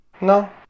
No